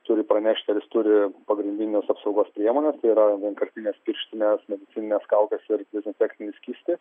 turi pranešti ar jis turi pagrindines apsaugos priemones tai yra vienkartines pirštines medicinines kaukes ir dezinfekcinį skystį